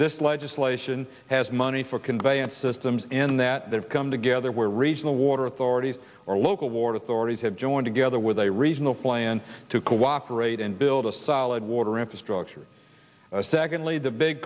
this legislation has money for conveyance systems in that they have come together where regional water authorities or local ward authorities have joined together with a regional plan to cooperate and build a solid water infrastructure secondly the big